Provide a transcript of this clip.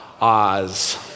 Oz